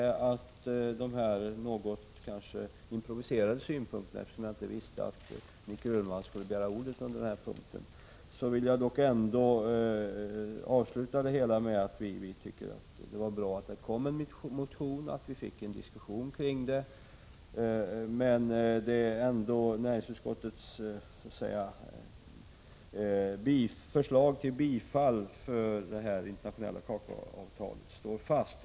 Efter de här något improviserade synpunkterna — jag visste inte att Nic Grönvall skulle begära ordet under denna punkt — vill jag avsluta med att säga att vi tycker att det var bra att motionen väcktes och att vi fick en diskussion om den här saken. Men utskottets hemställan om bifall till regeringens förslag om ett internationellt kakaoavtal står fast.